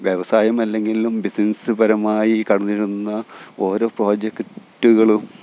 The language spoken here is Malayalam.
വ്യവസായമല്ലെങ്കിലും ബിസിനസ്സ്പരമായി കടന്നിരുന്ന ഓരോ പ്രോജക്റ്റുകളും